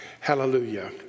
Hallelujah